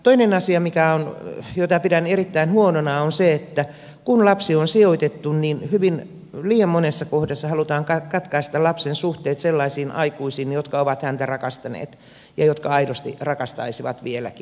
toinen asia jota pidän erittäin huonona on se että kun lapsi on sijoitettu niin liian monessa kohdassa halutaan katkaista lapsen suhteet sellaisiin aikuisiin jotka ovat häntä rakastaneet ja jotka aidosti rakastaisivat vieläkin